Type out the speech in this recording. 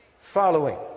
following